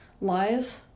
lies